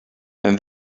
and